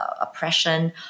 oppression